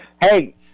Hey